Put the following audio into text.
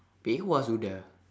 pei-hwa sudah